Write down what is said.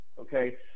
Okay